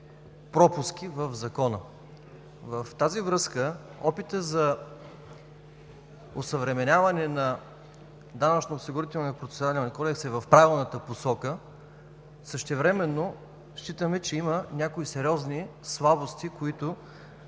пропуски в Закона. В тази връзка опитът за осъвременяване на Данъчно-осигурителния процесуален кодекс е в правилната посока. Същевременно считаме, че има някои сериозни слабости, които